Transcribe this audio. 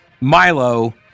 Milo